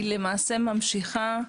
היא למעשה ממשיכה,